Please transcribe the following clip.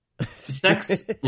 sex